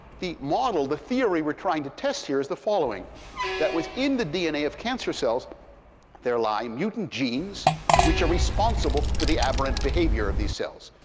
the model, the theory we're trying to test here is the following that within the dna of cancer cells there lie mutant genes which are responsible for the aberrant behavior of these cells.